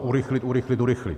Urychlit, urychlit, urychlit.